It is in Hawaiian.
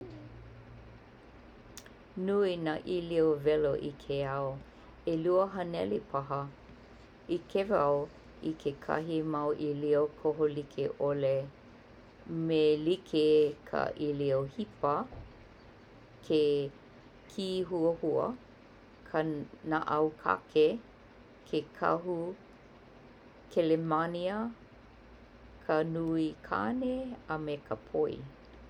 Nui nāʻīlio welo i ke ao, ʻelua haneli paha ʻIke wau i kekahi mau ʻīlio kohu likeʻole me like ka ʻīlio hipa, ke kīhuahua, ka naʻaukake, ke kahu kelemānia, ka nui kane, a me ka poi.